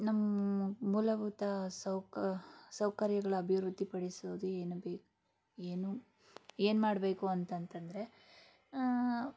ನಮ್ಮ ಮೂಲಭೂತ ಸೌಕ ಸೌಕರ್ಯಗಳ ಅಭಿವೃದ್ಧಿ ಪಡಿಸುವುದು ಏನು ಬೆ ಏನು ಏನು ಮಾಡಬೇಕು ಅಂತಂತಂದರೆ